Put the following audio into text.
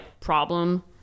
problem